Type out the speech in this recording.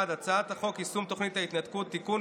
הצעת חוק יישום תוכנית ההתנתקות (תיקון,